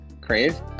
Crave